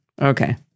okay